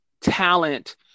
talent